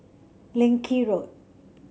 Leng Kee Road